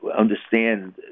understand